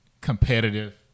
competitive